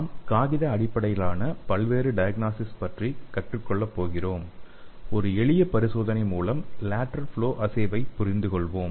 நாம் காகித அடிப்படையிலான பல்வேறு டயக்னாசிஸ் பற்றி கற்றுக் கொள்ளப் போகிறோம் ஒரு எளிய பரிசோதனை மூலம் லேட்டரல் புளோ அஸேவை புரிந்து கொள்வோம்